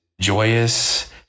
joyous